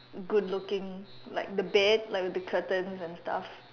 good looking like the bed like the curtains and stuff